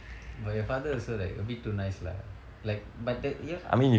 but your father also like a bit too nice lah like but that